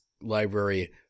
library